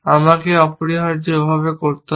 আমাকে অপরিহার্যভাবে করতে হবে